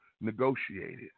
negotiated